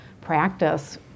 practice